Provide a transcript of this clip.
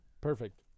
perfect